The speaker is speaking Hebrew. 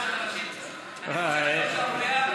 אני חושב שזו שערורייה,